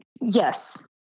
Yes